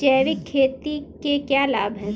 जैविक खेती के क्या लाभ हैं?